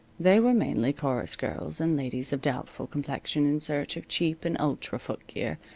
they were mainly chorus girls and ladies of doubtful complexion in search of cheap and ultra footgear,